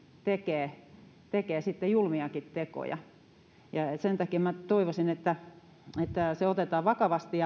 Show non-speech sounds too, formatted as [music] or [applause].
tekevät sitten julmiakin tekoja sen takia minä toivoisin että se otetaan vakavasti [unintelligible]